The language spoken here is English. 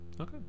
Okay